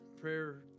prayer